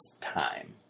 time